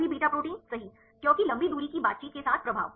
सभी beta protein सही क्योंकि लंबी दूरी की बातचीत के साथ प्रभाव